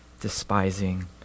despising